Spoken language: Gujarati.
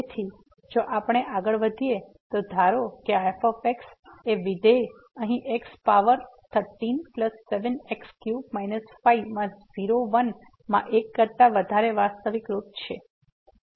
તેથી જો આપણે આગળ વધીએ તો ધારો કે આ f આ વિધેય અહીં x પાવર x137x3 5 માં 0 1 માં એક કરતા વધારે વાસ્તવિક રૂટ છે